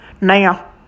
Now